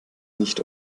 nicht